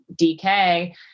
DK